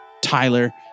Tyler